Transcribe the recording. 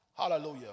Hallelujah